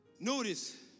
Notice